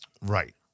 Right